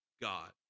God